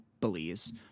Belize